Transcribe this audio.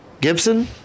Gibson